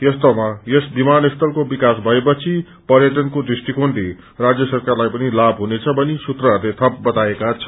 यस्तो यस विमानस्थलको विकास भएपछि पर्यटनको दृष्टिकोणले राज्य सरकारलाई पनि लाभ हुनेछ भनी सूत्रहरूले थप बताएका छन्